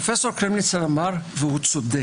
פרופ' קרמניצר אמר בצדק: